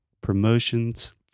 promotions